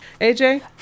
AJ